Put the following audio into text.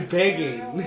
begging